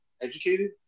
educated